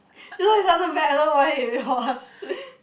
you know it doesn't matter why they lost